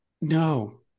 No